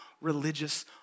religious